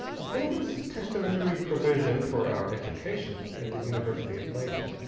there was testamentary provision for our education at the university of leyden.